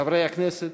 חברי הכנסת,